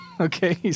okay